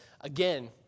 Again